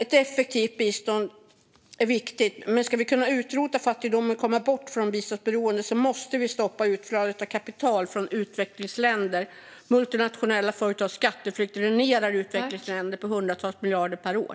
Ett effektivt bistånd är viktigt, men ska vi kunna utrota fattigdomen och komma bort från biståndsberoendet måste vi stoppa utflödet av kapital från utvecklingsländer. Multinationella företags skatteflykt dränerar utvecklingsländer på hundratals miljarder per år.